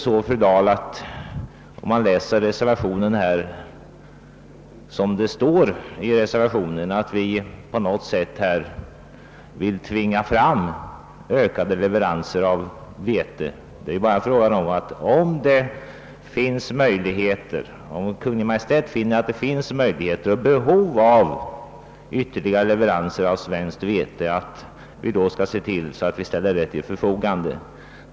Vi skriver inte i reservationen någonting om att vi vill tvinga fram ökade leveranser av vete. Den gäller bara att vi, om Kungl. Maj:t finner att det föreligger möjligheter till och behov av ytterligare leveranser av svenskt vete, skall ställa det till förfogande.